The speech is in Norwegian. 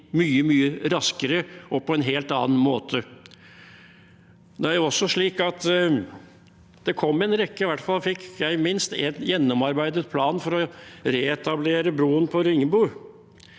mye, mye raskere og på en helt annen måte? Det kom en rekke planer, i hvert fall fikk jeg minst én gjennomarbeidet plan for å reetablere broen på Ringebu,